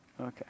Okay